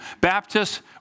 Baptists